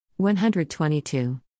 122